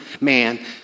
man